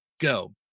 go